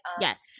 Yes